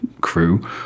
crew